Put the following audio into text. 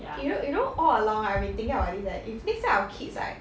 you know you know all along I have been thinking about this leh if next time our kids right